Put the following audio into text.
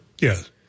Yes